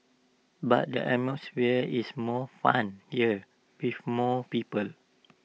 but the atmosphere is more fun here with more people